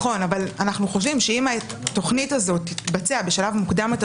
נכון אבל אנחנו חושבים שאם התוכנית הזו תתבצע בשלב מוקדם יותר